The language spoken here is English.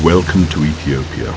welcome to ethiopia